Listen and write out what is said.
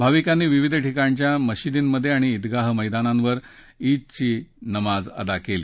भाविकांनी विविध ठिकाणच्या मशिदींमधे आणि ईदगाह मैदानावर ईदची नमाज अदा केली